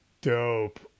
dope